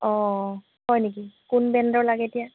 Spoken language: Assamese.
অঁ হয় নেকি কোন ব্ৰেণ্ডৰ লাগে এতিয়া